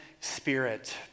Spirit